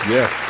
Yes